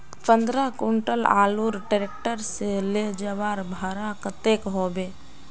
पंद्रह कुंटल आलूर ट्रैक्टर से ले जवार भाड़ा कतेक होबे?